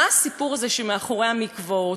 מה הסיפור הזה שמאחורי המקוואות?